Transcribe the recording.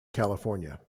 california